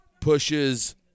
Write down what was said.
Pushes